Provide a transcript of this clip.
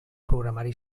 programari